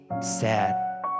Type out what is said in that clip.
sad